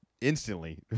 instantly